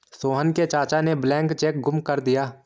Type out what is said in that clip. सोहन के चाचा ने ब्लैंक चेक गुम कर दिया